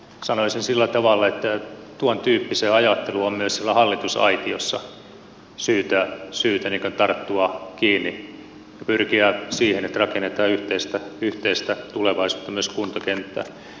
sanoisin sillä tavalla että tuontyyppiseen ajatteluun on myös siellä hallitusaitiossa syytä tarttua kiinni ja pyrkiä siihen että rakennetaan yhteistä tulevaisuutta myös kuntakenttään